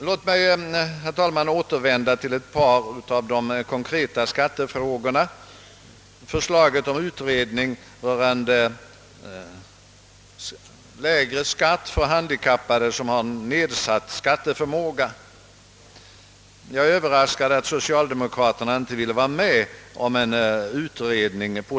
Låt mig, herr talman, återvända till ett par av de konkreta skattefrågorna. Jag är överraskad över att socialdemokraterna inte vill acceptera förslaget om en utredning i syfte att åstadkomma lägre skatt för handikappade med nedsatt skatteförmåga.